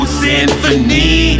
symphony